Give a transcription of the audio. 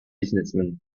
businessman